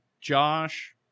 Josh